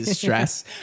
stress